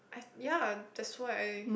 I ya that's why I